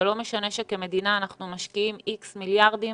זה לא משנה שכמדינה אנחנו משקיעים איקס מיליארדי שקלים,